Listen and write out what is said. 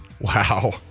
Wow